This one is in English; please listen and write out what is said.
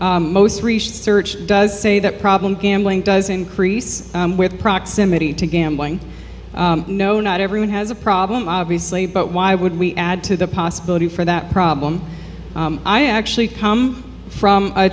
it most research does say that problem gambling does increase with proximity to gambling no not everyone has a problem obviously but why would we add to the possibility for that problem i actually come from a